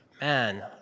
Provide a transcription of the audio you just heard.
man